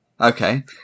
Okay